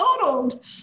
totaled